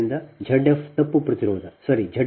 ಆದ್ದರಿಂದ Z f ತಪ್ಪು ಪ್ರತಿರೋಧ ಸರಿ